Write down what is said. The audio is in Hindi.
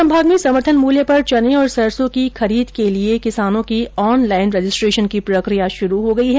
कोटा संभाग में समर्थन मूल्य पर चने और सरसों की खरीद के लिए किसानों की ऑनलाइन रजिस्ट्रेशन की प्रक्रिया शुरू हो गयी है